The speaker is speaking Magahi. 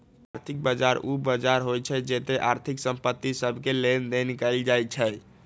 आर्थिक बजार उ बजार होइ छइ जेत्ते आर्थिक संपत्ति सभके लेनदेन कएल जाइ छइ